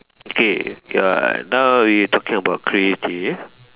okay you are now we talking about creative